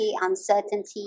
uncertainty